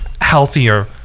healthier